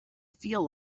feel